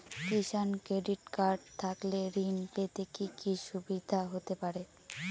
কিষান credit card থাকলে ঋণ পেতে কি কি সুবিধা হতে পারে?